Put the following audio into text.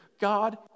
God